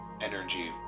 energy